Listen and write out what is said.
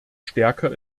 stärker